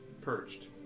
perched